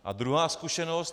A druhá zkušenost.